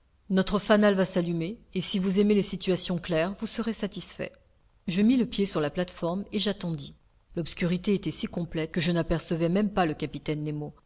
notre fanal va s'allumer et si vous aimez les situations claires vous serez satisfait je mis le pied sur la plate-forme et j'attendis l'obscurité était si complète que je n'apercevais même pas le capitaine nemo